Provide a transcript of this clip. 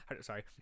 sorry